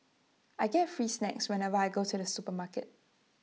I get free snacks whenever I go to the supermarket